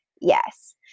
Yes